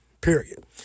period